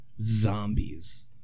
zombies